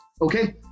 Okay